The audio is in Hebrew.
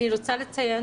אני רוצה לציין